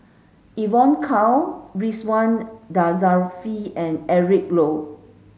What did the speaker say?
Evon Kow Ridzwan Dzafir and Eric Low